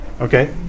Okay